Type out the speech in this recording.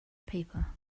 paper